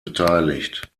beteiligt